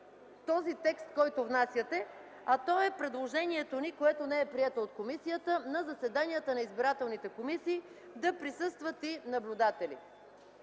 този текст, който внасяте, а това е предложението ни, което не е прието от комисията, на заседанията на избирателните комисии да присъстват и наблюдатели.